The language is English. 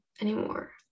anymore